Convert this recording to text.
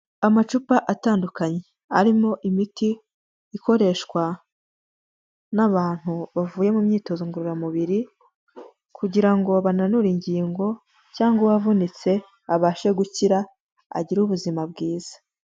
Amacupa atandukanye arimo imiti ikoreshwa n'abantu bavuye mu myitozo ngororamubiri kugira ngo bananure ingingo cyangwa uwavunitse abashe gukira, agire ubuzima bwiza.